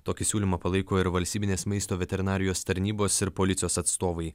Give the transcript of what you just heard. tokį siūlymą palaiko ir valstybinės maisto veterinarijos tarnybos ir policijos atstovai